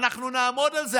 אנחנו נעמוד על זה.